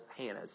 Hannahs